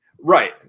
right